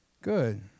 Good